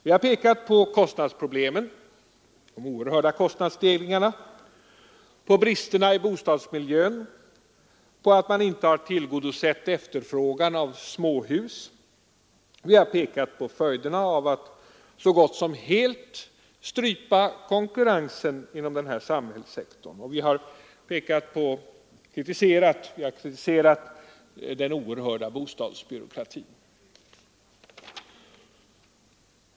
Vi har pekat på kostnadsproblemen — de oerhörda kostnadsstegringarna —, på bristerna i bostadsmiljön, på att man inte har tillgodosett efterfrågan på småhus. Vi har pekat på följderna av att så gott som helt strypa konkurrensen inom denna samhällssektor och vi har kritiserat den oerhörda bostadsbyråkratin.